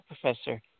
professor